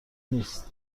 نیست